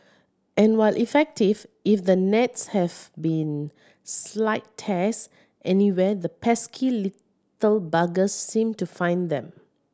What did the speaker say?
and while effective if the nets have been slight tears anywhere the pesky little buggers seem to find them